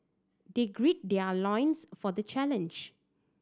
they gird their loins for the challenge